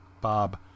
Bob